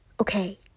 Okay